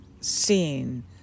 seen